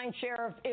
Sheriff